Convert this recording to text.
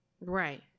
Right